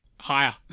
higher